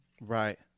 Right